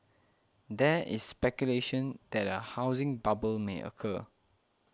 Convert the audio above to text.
there is speculation that a housing bubble may occur